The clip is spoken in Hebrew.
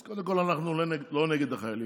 אז קודם כול, אנחנו לא נגד החיילים,